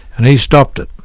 and he stopped it.